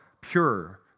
pure